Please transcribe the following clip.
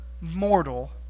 mortal